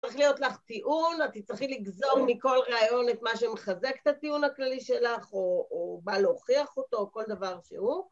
צריך להיות לך טיעון, את תצטרכי לגזור מכל רעיון את מה שמחזק את הטיעון הכללי שלך או או בא להוכיח אותו או כל דבר שהוא